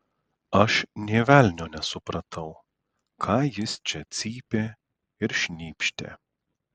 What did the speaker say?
aš nė velnio nesupratau ką jis čia cypė ir šnypštė